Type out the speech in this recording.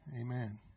Amen